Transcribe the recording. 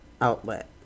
outlet